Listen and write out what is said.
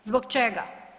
Zbog čega?